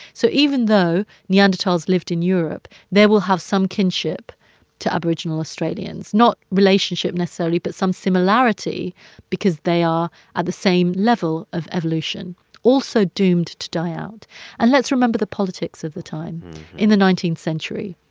so even though neanderthals lived in europe, they will have some kinship to aboriginal australians not relationship, necessarily, but some similarity because they are at the same level of evolution also doomed to die out and let's remember the politics of the time in the nineteenth century.